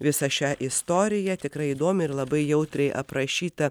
visą šią istoriją tikrai įdomiai ir labai jautriai aprašytą